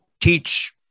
teach